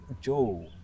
Joe